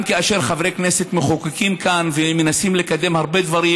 גם כאשר חברי כנסת מחוקקים כאן ומנסים לקדם הרבה דברים.